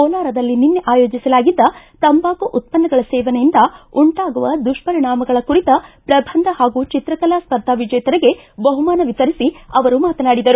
ಕೋಲಾರದಲ್ಲಿ ನಿನ್ಯೆ ಆಯೋಜಿಸಲಾಗಿದ್ದ ತಂಬಾಕು ಉತ್ಪನ್ನಗಳ ಸೇವನೆಯಿಂದ ಉಂಟಾಗುವ ದುಪ್ಪರಿಣಾಮಗಳ ಕುರಿತ ಪ್ರಬಂಧ ಹಾಗೂ ಚಿತ್ರಕಲಾ ಸ್ವರ್ಧಾ ವಿಜೇತರಿಗೆ ಬಹುಮಾನ ವಿತರಿಸಿ ಅವರು ಮಾತನಾಡಿದರು